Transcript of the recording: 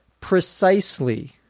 precisely